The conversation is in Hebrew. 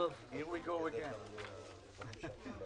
לפני שאנחנו מתחילים את הדיון ביקש ח"כ עודד